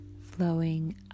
flowing